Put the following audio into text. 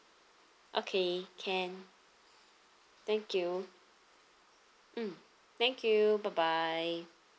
okay can thank you mm thank you bye bye